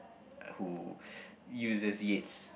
uh who uses Yates